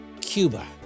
Cuba